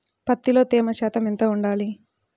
పత్తిలో తేమ శాతం ఎంత ఉండాలి?